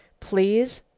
please,